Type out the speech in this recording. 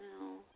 no